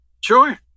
Sure